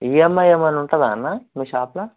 EMI ఏమైనా ఉంటుందా అన్నా మీ షాప్లో